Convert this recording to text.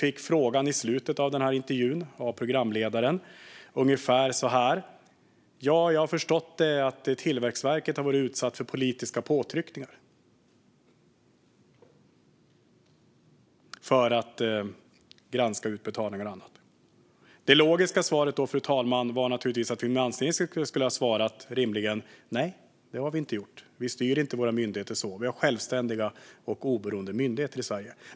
I slutet av intervjun sa programledaren ungefär så här: Jag har förstått att Tillväxtverket har varit utsatt för politiska påtryckningar när det gäller att granska utbetalningar och annat. Det logiska svaret från finansministern, fru talman, hade då rimligen varit: Nej, det har vi inte gjort. Vi styr inte våra myndigheter så. Vi har självständiga och oberoende myndigheter i Sverige.